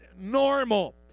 normal